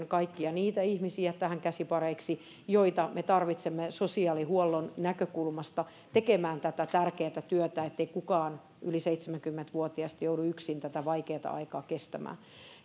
kaikkia niitä ihmisiä tähän käsipareiksi joita me tarvitsemme sosiaalihuollon näkökulmasta tekemään tätä tärkeää työtä ettei kukaan yli seitsemänkymmentä vuotias joudu yksin tätä vaikeaa aikaa kestämään